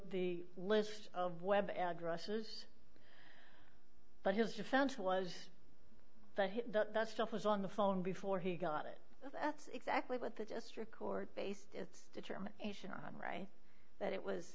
the list of web addresses but his defense was the hit that stuff was on the phone before he got it that's exactly what the district court based its determination on right that it was